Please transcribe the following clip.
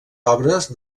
obres